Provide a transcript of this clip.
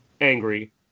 angry